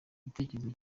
igitekerezo